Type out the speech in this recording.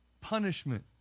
punishment